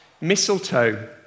mistletoe